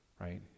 right